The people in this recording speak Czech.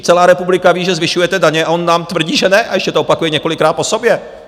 Celá republika ví, že zvyšujete daně a on nám tvrdí, že ne a ještě to opakuje několikrát po sobě.